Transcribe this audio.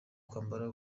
kwambara